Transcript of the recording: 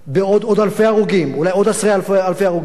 בעוד אלפי הרוגים,